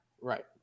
Right